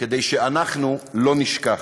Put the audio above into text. כדי שאנחנו לא נשכח.